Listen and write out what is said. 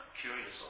curious